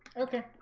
okay